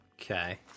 Okay